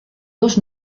dos